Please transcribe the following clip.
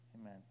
Amen